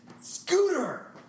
Scooter